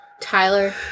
Tyler